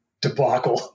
debacle